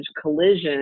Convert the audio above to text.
collision